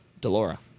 Delora